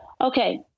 Okay